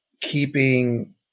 keeping